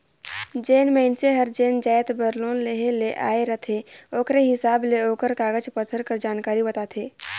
जेन मइनसे हर जेन जाएत बर लोन लेहे ले आए रहथे ओकरे हिसाब ले ओकर कागज पाथर कर जानकारी बताथे